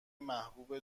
محبوب